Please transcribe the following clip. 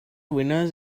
winners